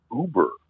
Uber